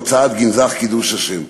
בהוצאת "גנזך קידוש השם".